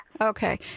Okay